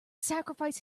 sacrifice